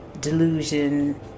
delusion